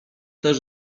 też